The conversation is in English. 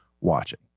watching